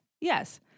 Yes